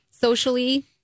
socially